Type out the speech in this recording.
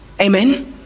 Amen